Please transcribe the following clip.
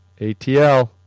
ATL